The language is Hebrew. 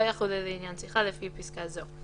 לא יחולו לעניין שיחה לפי פיסקה זו,